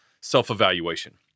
self-evaluation